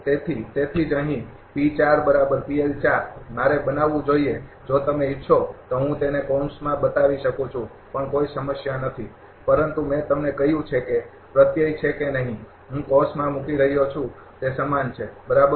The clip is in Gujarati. તેથી તેથી જ અહીં મારે બનાવવું જોઈએ જો તમે ઇચ્છો તો હું તેને કૌંસમાં પણ બતાવી શકું છું પણ કોઈ સમસ્યા નથી પરંતુ મેં તમને કહ્યું છે કે તે પ્રત્યય છે કે નહીં હું કૌંસમાં મૂકી રહ્યો છું તે સમાન છે બરાબર